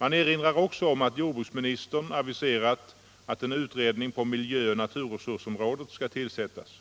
Man erinrar också om att jordbruksministern aviserat att en utredning på miljöoch naturresursområdet skall tillsättas.